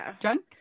drunk